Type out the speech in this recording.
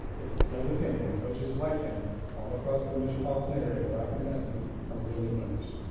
it's because of him and coaches like him all across the metropolitan area that our contestants are really winners.